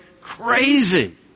crazy